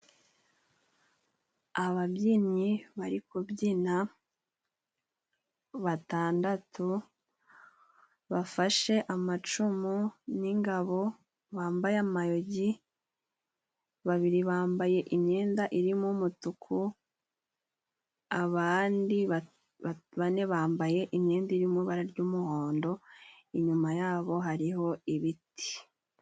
Ababyinnyi bari kubyina batandatu bafashe amacumu n'ingabo bambaye amayugi babiri bambaye imyenda irimo umutuku abandi bane bambaye imyenda iri mu ibara ry'umuhondo , inyuma yabo hari ho ibiti.